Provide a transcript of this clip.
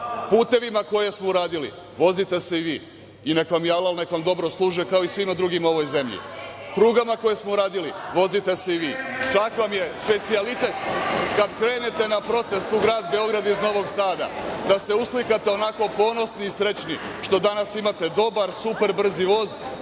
putevima koje smo uradili, vozite se i vi, i nek vam je alal i neka vam dobro služe kao i svima drugima u ovoj zemlji. Prugama koje smo uradili, vozite se i vi, čak vam je specijalitet, kad krenete na protest u grad Beograd iz Novog Sada, da se uslikate onako ponosni i srećni što danas imate dobar, super brzi voz